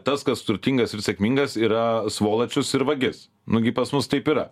tas kas turtingas ir sėkmingas yra svoločius ir vagis nugi pas mus taip yra